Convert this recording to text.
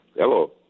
Hello